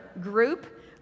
group